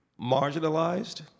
marginalized